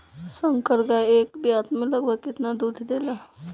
संकर गाय एक ब्यात में लगभग केतना दूध देले?